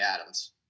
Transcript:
Adams